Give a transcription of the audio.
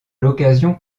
l’occasion